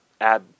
add